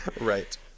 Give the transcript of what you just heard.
right